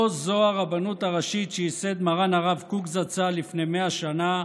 לא זו הרבנות הראשית שייסד מרן הרב קוק זצ"ל לפני 100 שנה,